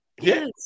Yes